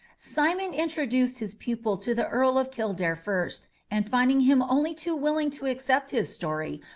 simon introduced his pupil to the earl of kildare first, and finding him only too willing to accept his story,